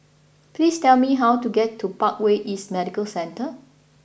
please tell me how to get to Parkway East Medical Centre